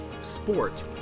sport